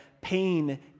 pain